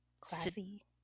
classy